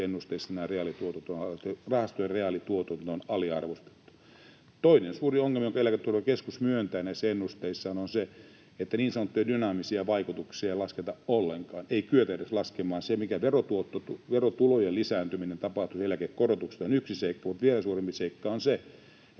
rahastojen reaalituotot on aliarvostettu. Toinen suuri ongelma, jonka Eläketurvakeskus myöntää näissä ennusteissaan, on se, että niin sanottuja dynaamisia vaikutuksia ei lasketa ollenkaan, ei edes kyetä laskemaan. Se, mikä verotulojen lisääntyminen tapahtuu eläkekorotuksista, on yksi seikka, mutta vielä suurempi seikka on se,